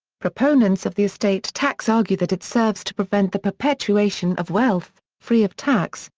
proponents of the estate tax argue that it serves to prevent the perpetuation of wealth, free of tax,